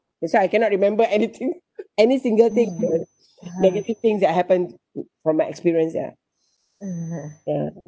that's why I cannot remember anything any single thing negative things that happened mm from my experience ya ya